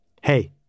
Hey